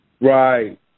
right